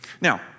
Now